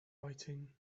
writing